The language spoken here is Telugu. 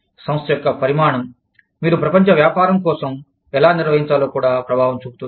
సంస్థ యొక్క పరిమాణం మీరు ప్రపంచ వ్యాపారం కోసం ఎలా నిర్వహించాలో కూడా ప్రభావం చూపుతుంది